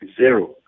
zero